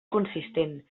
consistent